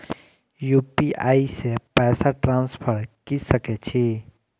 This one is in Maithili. यू.पी.आई से पैसा ट्रांसफर की सके छी?